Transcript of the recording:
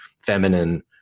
feminine